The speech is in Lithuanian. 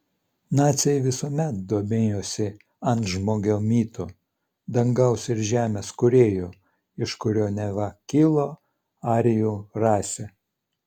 naciai visuomet domėjosi antžmogio mitu dangaus ir žemės kūrėju iš kurio neva kilo arijų rasė